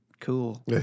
Cool